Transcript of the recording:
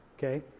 Okay